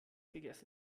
gegessen